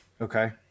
Okay